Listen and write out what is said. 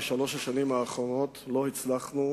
בשלוש השנים האחרונות לא הצלחנו